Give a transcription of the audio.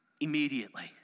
immediately